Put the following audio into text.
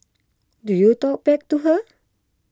do you talk back to her